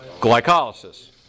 glycolysis